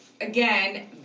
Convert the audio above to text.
Again